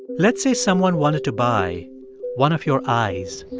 let's say someone wanted to buy one of your eyes,